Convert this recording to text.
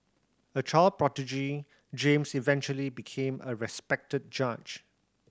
a child prodigy James eventually became a respected judge